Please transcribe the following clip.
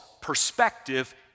perspective